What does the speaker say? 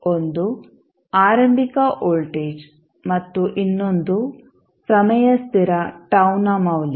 ಒಂದು ಆರಂಭಿಕ ವೋಲ್ಟೇಜ್ ಮತ್ತು ಇನ್ನೊಂದು ಸಮಯ ಸ್ಥಿರ τ ನ ಮೌಲ್ಯ